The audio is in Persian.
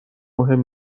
مهم